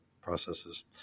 processes